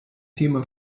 thema